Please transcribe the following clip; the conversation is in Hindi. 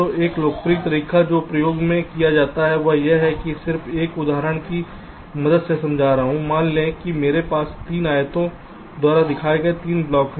तो एक लोकप्रिय तरीका जो प्रयोग किया जाता है वह यह है कि मैं सिर्फ इस उदाहरण की मदद से समझा रहा हूं मान लें कि मेरे पास इन 3 आयतों द्वारा दिखाए गए 3 ब्लॉक हैं